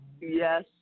yes